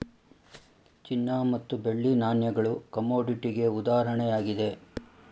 ಚಿನ್ನ ಮತ್ತು ಬೆಳ್ಳಿ ನಾಣ್ಯಗಳು ಕಮೋಡಿಟಿಗೆ ಉದಾಹರಣೆಯಾಗಿದೆ